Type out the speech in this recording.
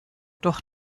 doch